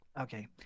Okay